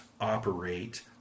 operate